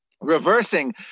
reversing